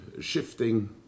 shifting